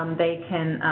they can